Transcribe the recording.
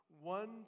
one